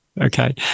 Okay